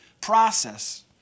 process